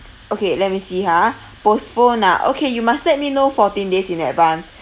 okay let me see ha postpone ah okay you must let me know fourteen days in advance